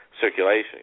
circulation